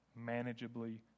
manageably